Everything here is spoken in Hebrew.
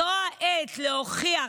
זו העת להוכיח,